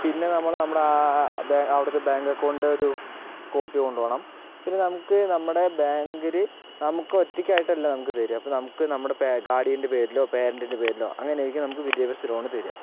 പിന്നെ നമ്മൾ നമ്മളുടെ അവിടുത്തെ ബാങ്ക് അക്കൗണ്ടിൻ്റെ ഒരു കോപ്പി കൊണ്ടുപോകണം പിന്നെ നമുക്ക് നമ്മുടെ ബാങ്കില് നമുക്ക് ഒറ്റയ്ക്ക് ആയിട്ടല്ല നമുക്ക് തരുക ഇപ്പൊ നമുക്ക് നമ്മുടെ ഗാർഡിയൻ്റെ പേരിലോ പാരന്റിൻ്റെ പേരിലോ അങ്ങനെയായിരിക്കും നമുക്ക് വിദ്യാഭ്യാസ ലോൺ തരുക